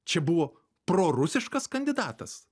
čia buvo prorusiškas kandidatas